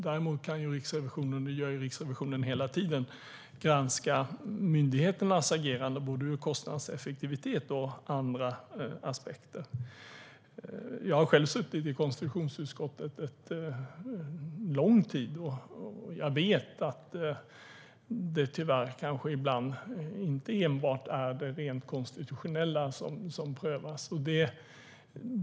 Däremot kan Riksrevisionen - det gör Riksrevisionen hela tiden - granska myndigheternas agerande när det gäller både kostnadseffektivitet och andra aspekter. Jag har själv suttit i konstitutionsutskottet en lång tid. Jag vet att det tyvärr kanske ibland inte enbart är det rent konstitutionella som prövas.